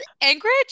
Anchorage